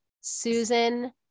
susan